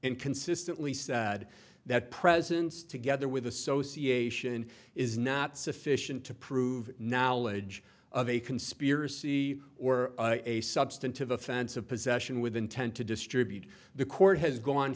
and consistently said that presence together with association is not sufficient to prove knowledge of a conspiracy or a substantive offense of possession with intent to distribute the court has gone